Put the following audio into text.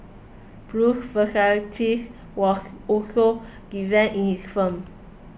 Bruce's was also given in his films